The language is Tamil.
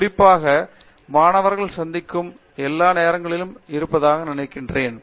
குறிப்பாக சக மாணவர்களை சந்திக்கும் மாணவர்கள் எல்லா நேரங்களிலும் இருப்பதாக நான் நினைக்கிறேன்